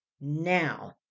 now